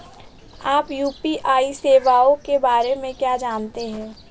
आप यू.पी.आई सेवाओं के बारे में क्या जानते हैं?